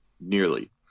Nearly